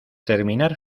terminar